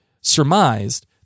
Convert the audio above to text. surmised